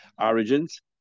origins